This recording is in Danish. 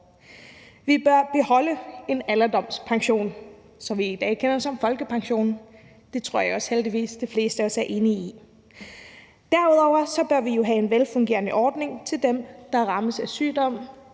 Vi bør beholde en alderdomspension, som vi i dag kender som folkepension. Det tror jeg heldigvis også de fleste af os er enige i. Derudover bør vi have en velfungerende ordning til dem, der rammes af sygdom,